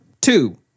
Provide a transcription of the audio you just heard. two